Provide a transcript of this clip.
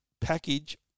package